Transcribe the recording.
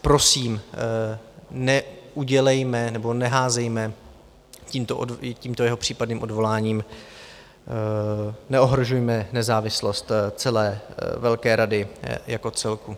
A prosím, neudělejme nebo neházejme tímto jeho případným odvoláním, neohrožujme nezávislost celé velké rady jako celku.